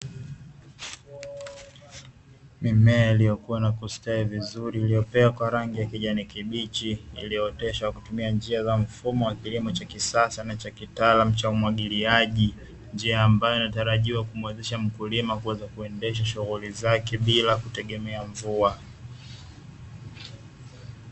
Mimea iliyokuwa na kustawi vizuri iliopea kwa rangi ya kijani kibichi iliyooteshwa kutumia njia za mfumo wa kilimo cha kisasa na cha kitaalam cha umwagiliaji, njia ambayo natarajiwa kumwezesha mkulima kuweza kuendesha shughuli zake bila kutegemea mvua.